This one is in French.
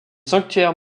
sanctuaires